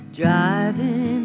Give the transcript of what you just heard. driving